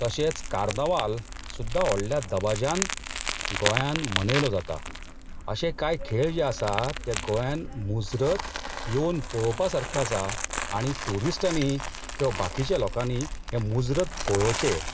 तशेंच कार्नावाल सुद्दां व्हडल्या दबाज्यान गोंयांत मनयलो जाता अशे कांय खेळ जे आसात ते गोंयांत मुजरत येवन पळोवपा सारके आसात आनी टुरिस्टांनी किंवा बाकीच्या लोकांनी हें मुजरत पळोवचें